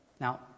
Now